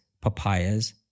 papayas